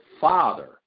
father